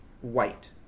white